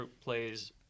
plays